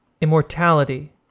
immortality